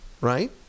right